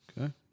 Okay